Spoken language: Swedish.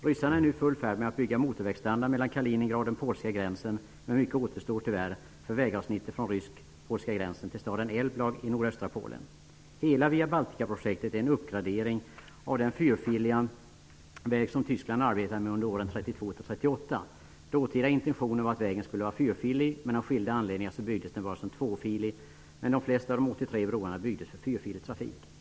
Ryssarna är nu i full färd med att bygga motorväg mellan Kaliningrad och den polska gränsen, men mycket återstår tyvärr för vägavsnittet från rysk-polska gränsen till staden Hela Via Baltica-projektet är en uppgradering av den fyrfiliga väg som Tyskland arbetade med under åren 1932--1938. Dåtida intentioner var att vägen skulle vara fyrfilig, men av skilda anledningar gjordes den bara tvåfilig. De flesta av de 83 broarna byggdes för fyrfilig trafik.